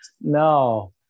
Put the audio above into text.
no